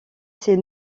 ses